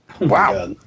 Wow